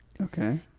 Okay